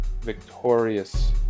victorious